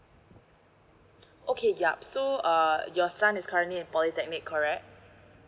okay yup so uh your son is currently in polytechnic correct